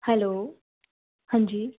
hello हंजी